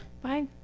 Bye